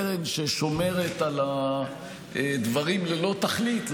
קרן ששומרת על דברים ללא תכלית,